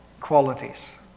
qualities